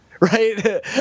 right